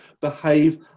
behave